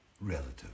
Relative